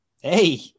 Hey